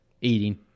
eating